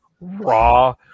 Raw